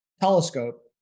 telescope